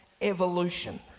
evolution